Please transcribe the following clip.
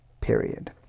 period